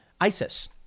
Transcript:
ISIS